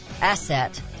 asset